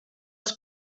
els